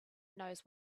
knows